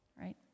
right